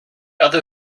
other